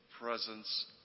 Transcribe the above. presence